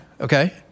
Okay